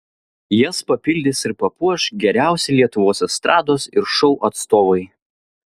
jas papildys ir papuoš geriausi lietuvos estrados ir šou atstovai